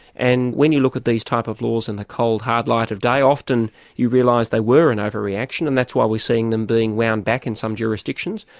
and, when you look at these type of laws in the cold, hard light of day, often you realise they were an overreaction and that's why we're seeing them being wound back in some jurisdictions,